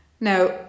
Now